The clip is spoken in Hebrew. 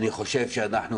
אני חושב שאנחנו,